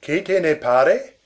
che te ne pare